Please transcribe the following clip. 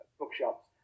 bookshops